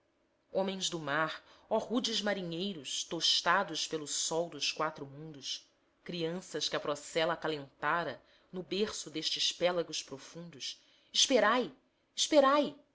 homens do mar ó rudes marinheiros tostados pelo sol dos quatro mundos crianças que a procela acalentara no berço destes pélagos profundos esperai esperai